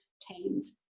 teams